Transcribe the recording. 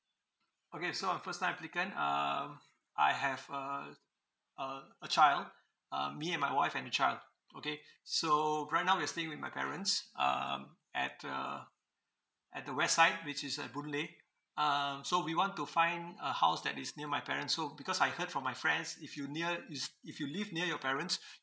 okay so I'm a first time applicant um I have uh a a child um me my wife and a child okay so right now we're staying with my parents um at uh at the west side which is at boon lay um so we want to find a house that is near my parents so because I heard from my friends if you near is if you live near your parents